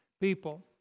people